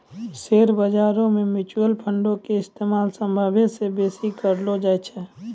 share बजारो मे mutual फंडो के इस्तेमाल सभ्भे से बेसी करलो जाय छै